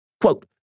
Quote